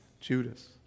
Judas